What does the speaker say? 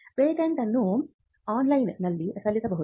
patent ಅನ್ನು ಆನ್ಲೈನ್ನಲ್ಲಿ ಸಲ್ಲಿಸಬಹುದು